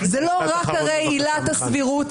זה לא רק אחרי עילת הסבירות,